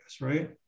right